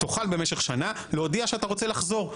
תוכל במשך שנה להודיע שאתה רוצה לחזור.